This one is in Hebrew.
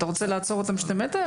אתה רוצה לעצור אותם בשני מטר?